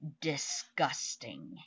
disgusting